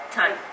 Time